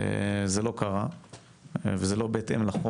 זה לא קרה וזה לא בהתאם לחוק,